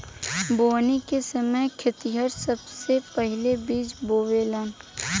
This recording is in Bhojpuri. बोवनी के समय खेतिहर सबसे पहिले बिज बोवेलेन